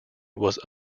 was